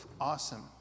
awesome